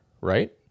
right